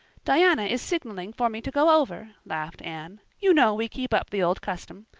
diana is signaling for me to go over, laughed anne. you know we keep up the old custom.